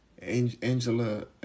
Angela